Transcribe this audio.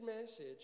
message